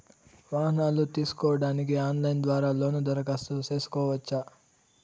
వాహనాలు తీసుకోడానికి ఆన్లైన్ ద్వారా లోను దరఖాస్తు సేసుకోవచ్చా?